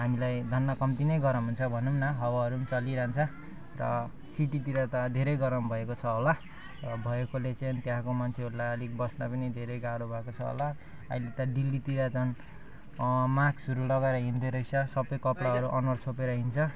हामीलाई धन्न कम्ती नै गरम हुन्छ भनौँ न हावाहरू पनि चलिरहन्छ र सिटीतिर त धेरै गरम भएको छ होला र भएकोले चाहिँ त्यहाँको मान्छेहरूलाई अलिक बस्न पनि धेरै गाह्रो भएको छ होला अहिले त दिल्लीतिर झन् मास्कहरू लगाएर हिँड्दोरहेछ सबै कपडाहरू अनुहार छोपेर हिँड्छ